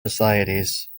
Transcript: societies